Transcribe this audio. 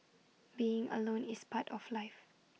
being alone is part of life